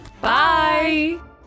bye